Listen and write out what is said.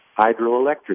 hydroelectric